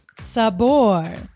Sabor